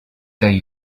day